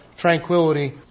tranquility